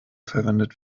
verwendet